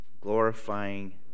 glorifying